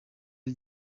ngo